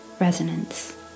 resonance